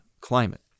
climate